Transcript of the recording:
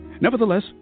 Nevertheless